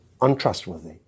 untrustworthy